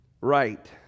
right